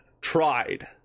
tried